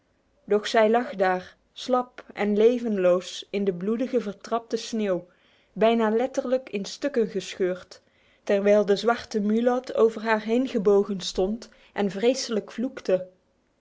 zij lag daar slap en levenloos in de bloedige vertrapte sneeuw bijna letterlijk in stukken gescheurd terwijl de zwarte mulat over haar heen gebogen stond en vreselijk vloekte